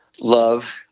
love